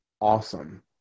awesome